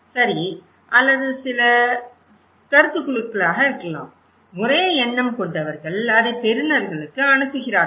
சரி அல்லது சில கருத்துக் குழுக்களாக இருக்கலாம் ஒரே எண்ணம் கொண்டவர்கள் அதை பெறுநர்களுக்கு அனுப்புகிறார்கள்